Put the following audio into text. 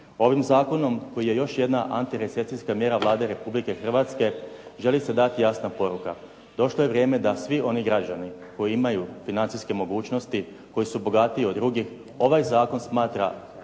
Ovim zakonom koji je još jedna antirecesijska mjera Vlade Republike Hrvatske želi se dati jasna poruka. Došlo je vrijeme da svi oni građani koji imaju financijske mogućnosti, koji su bogatiji od drugih ovaj zakon smatra